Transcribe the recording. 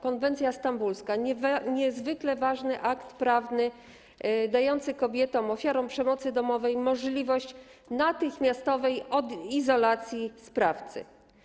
Konwencja stambulska jest niezwykle ważnym aktem prawnym dającym kobietom ofiarom przemocy domowej możliwość natychmiastowej izolacji od sprawcy.